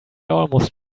almost